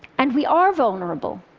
and we are vulnerable.